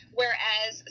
whereas